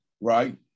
right